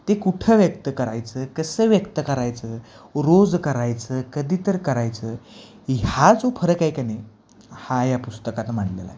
ते कुठं व्यक्त करायचं कसं व्यक्त करायचं रोज करायचं कधी तर करायचं ह्या जो फरक आहे काय नाही हा या पुस्तकात मांडलेला आहे